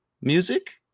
Music